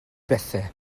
bethau